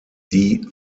die